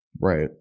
right